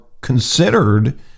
considered